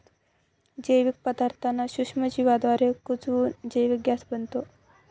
जैविक पदार्थांना सूक्ष्मजीवांद्वारे कुजवून जैविक गॅस बनतो